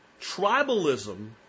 tribalism